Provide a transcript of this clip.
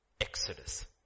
Exodus